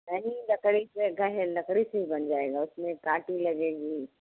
नहीं लकड़ी से कहें लकड़ी से ही बन जाएगा उसमें कांटे लगेंगे